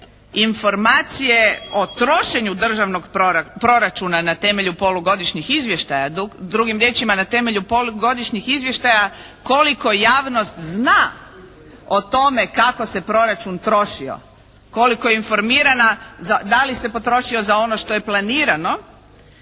informacije o trošenju državnog proračuna na temelju polugodišnjih izvještaja, drugim riječima na temelju polugodišnjih izvještaja koliko javnost zna o tome kako se proračun trošio, koliko je informirana, da li se potrošilo za ono što je planirano,